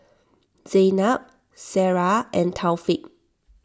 Zaynab Sarah and Taufik